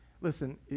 listen